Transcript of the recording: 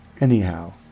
anyhow